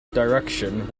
direction